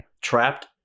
trapped